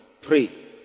Pray